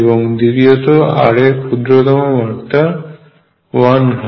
এবং দ্বিতীয়ত r এর ক্ষুদ্রতম মাত্রা 1 হয়